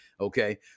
Okay